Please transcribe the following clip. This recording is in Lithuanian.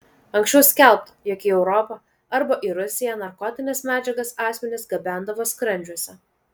anksčiau skelbta jog į europą arba į rusiją narkotines medžiagas asmenys gabendavo skrandžiuose